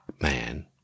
man